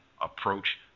approach